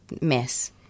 mess